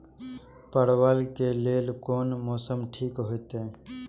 परवल के लेल कोन मौसम ठीक होते?